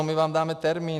My vám dáte termín.